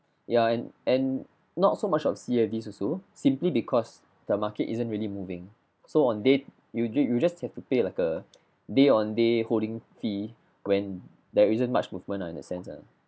ya and and not so much of C_I_Vs also simply because the market isn't really moving so on day you j~ you just have to pay like a day on day holding fee when there isn't much movement ah in that sense ah